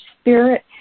spirit